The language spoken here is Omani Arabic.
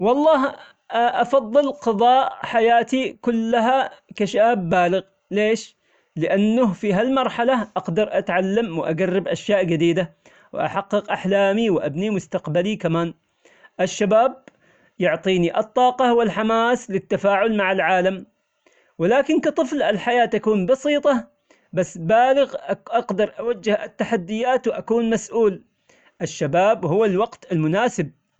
والله أفضل قضاء حياتي كلها كشاب بالغ، ليش؟ لأنه في هالمرحلة أقدر أتعلم وأجرب أشياء جديدة، وأحقق أحلامي وأبني مستقبلي كمان. الشباب يعطيني الطاقة والحماس للتفاعل مع العالم، ولكن كطفل الحياة تكون بسيطة بس بالغ أقدر أوجه التحديات وأكون مسؤول. الشباب هو الوقت المناسب.